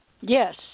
Yes